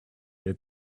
der